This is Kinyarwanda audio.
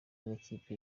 n’ikipe